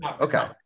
okay